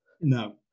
No